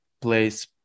place